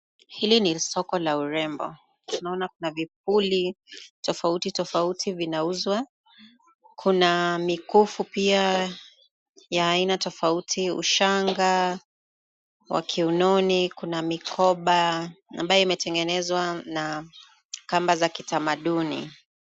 Hili ni soko la urembo, tunaona kuna vipuli tofauti tofauti vinauzwa. Kuna mikufu pia ya aina tofauti, ushanga wa kiunoni, kuna mikoba ambayo imetengenezwa na kamba za kitamaduni.